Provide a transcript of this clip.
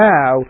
Now